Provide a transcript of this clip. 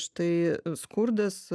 štai skurdas